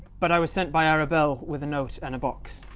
but i was sent by arabelle with a note and a box.